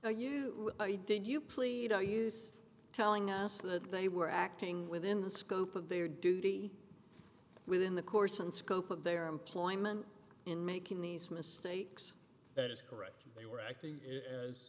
are you did you plead our use telling us that they were acting within the scope of their duty within the course and scope of their employment in making these mistakes that is correct they were acting as